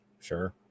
Sure